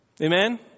Amen